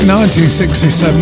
1967